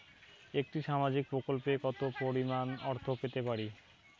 একটি সামাজিক প্রকল্পে কতো পরিমাণ অর্থ পেতে পারি?